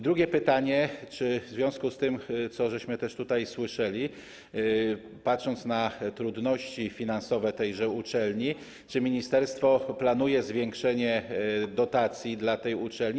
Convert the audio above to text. Drugie pytanie: Czy w związku z tym, co też tutaj słyszeliśmy - patrząc na trudności finansowe tejże uczelni - ministerstwo planuje zwiększenie dotacji dla tej uczelni?